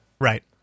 Right